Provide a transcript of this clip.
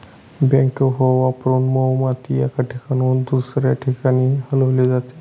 backhoe वापरून मऊ माती एका ठिकाणाहून दुसऱ्या ठिकाणी हलवली जाते